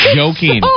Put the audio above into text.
joking